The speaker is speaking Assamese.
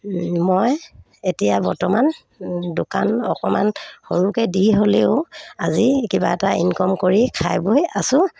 মই এতিয়া বৰ্তমান দোকান অকণমান সৰুকৈ দি হ'লেও আজি কিবা এটা ইনকম কৰি খাই বৈ আছোঁ